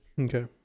Okay